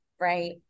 right